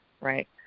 right